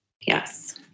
Yes